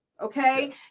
Okay